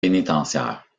pénitentiaire